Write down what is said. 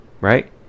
Right